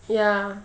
ya